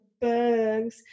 bugs